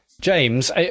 James